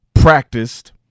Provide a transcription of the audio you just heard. practiced